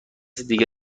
دیگه